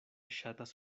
ŝatas